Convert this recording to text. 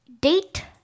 date